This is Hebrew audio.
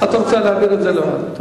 את רוצה להעביר את זה לוועדה,